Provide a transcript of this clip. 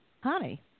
Honey